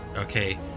Okay